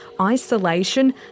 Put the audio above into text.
isolation